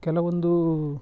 ಕೆಲವೊಂದು